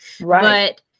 Right